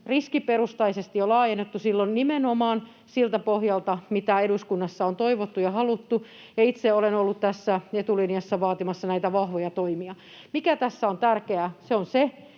riskiperustaisesti laajennettu jo silloin nimenomaan siltä pohjalta, mitä eduskunnassa on toivottu ja haluttu, ja itse olen ollut tässä etulinjassa vaatimassa näitä vahvoja toimia. Se, mikä tässä on tärkeää, on se,